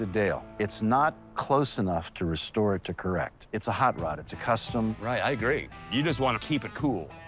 dale, it's not close enough to restore it to correct. it's a hot rod. it's a custom right, i agree. you just want to keep it cool.